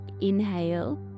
inhale